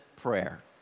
prayer